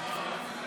אין הצבעה.